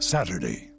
Saturday